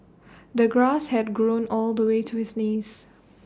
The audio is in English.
the grass had grown all the way to his knees